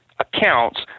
accounts